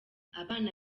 abana